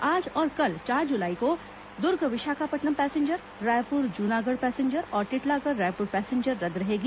आज और कल चार जुलाई को दुर्ग विशाखापट्नम रायपुर जूनागढ़ पैसेंजर और टिटलागढ़ रायपुर पैंसेजर रद्द रहेगी